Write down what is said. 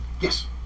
Yes